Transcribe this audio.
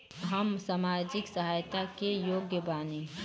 हम सामाजिक सहायता के योग्य बानी?